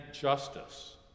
justice